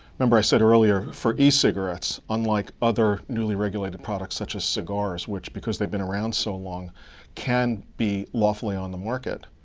remember, i said earlier, for e-cigarettes, unlike other newly regulated products, such as cigars, which, because they've been around so long can be lawfully on the market,